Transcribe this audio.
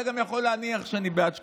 אתה יכול להניח שאני בעד שקיפות.